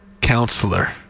counselor